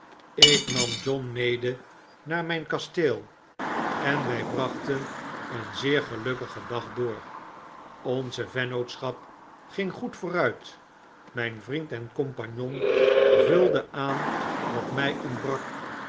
ik nam john mede naar mijn kasteel en wy brachten een zeer gelukkigen dag door onze vennootschap ging goed vooruit myn vriend en compagnon vulde aan wat my ontbrak